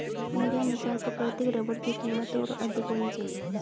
मेरे अनुसार प्राकृतिक रबर की कीमत और अधिक होनी चाहिए